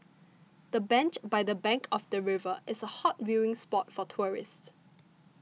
the bench by the bank of the river is a hot viewing spot for tourists